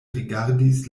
rigardis